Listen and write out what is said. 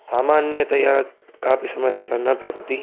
सामान्यतया कापि समस्या न भवति